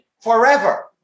forever